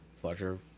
pleasure